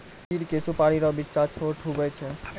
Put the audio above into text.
चीड़ के सुपाड़ी रो बिच्चा छोट हुवै छै